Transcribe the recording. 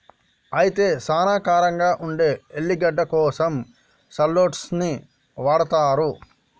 అయితే సానా కారంగా ఉండే ఎల్లిగడ్డ కోసం షాల్లోట్స్ ని వాడతారు